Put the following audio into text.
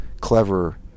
clever